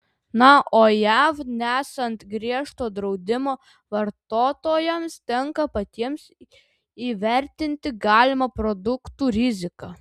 na o jav nesant griežto draudimo vartotojams tenka patiems įvertinti galimą produktų riziką